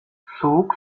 soğuk